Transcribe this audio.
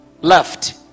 left